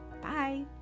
Bye